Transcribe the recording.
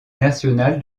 national